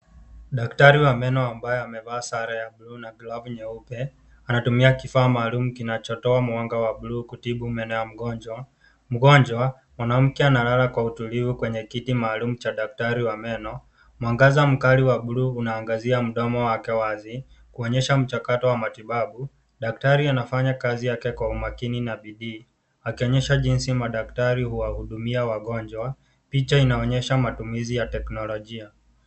Daktari wa meno ambaye amevaa sare ya buluu na glavu nyeupe anatumia kifaa maalum kinachotoa mwanga wa buluu kutibu meno ya mgonjwa. Mgonjwa mwanamke analala kwa utulivu kwenye kiti maalum cha daktari wa meno. Mwangaza mkali wa buluu unaangazi mdomo wake wazi kuonyesha mchakato wa matibabu. Daktari anafanya kazi yake kwa umakini na bidii akionyesha jinsi madaktari huwahudumia wagonjwa. Picha inaonyesha matumizi ya teknolojia.